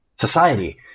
society